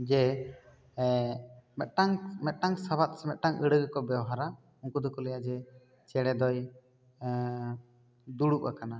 ᱡᱮ ᱢᱤᱫᱴᱟᱝ ᱢᱤᱫᱴᱟᱝ ᱥᱟᱵᱟᱫ ᱥᱮ ᱢᱤᱫᱴᱟᱝ ᱟᱹᱲᱟᱹ ᱜᱮ ᱠᱚ ᱵᱮᱣᱦᱟᱨᱟ ᱩᱱᱠᱩ ᱫᱚ ᱠᱚ ᱞᱟᱹᱭᱟ ᱡᱮ ᱪᱮᱬᱮ ᱫᱚᱭ ᱫᱩᱲᱩᱵ ᱟᱠᱟᱱᱟ